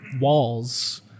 walls